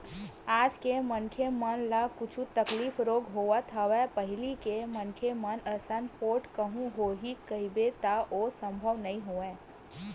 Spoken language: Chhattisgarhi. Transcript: आज के मनखे मन ल कुछु तकलीफ रोग धरत हवय पहिली के मनखे मन असन पोठ कहूँ होही कहिबे त ओ संभव नई होवय